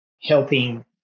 helping